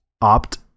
Opt